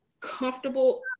comfortable